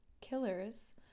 killers